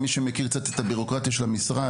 מי שמכיר קצת את הבירוקרטיה של המשרד,